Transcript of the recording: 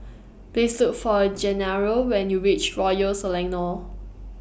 Please Look For Gennaro when YOU REACH Royal Selangor